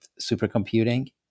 supercomputing